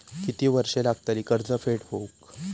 किती वर्षे लागतली कर्ज फेड होऊक?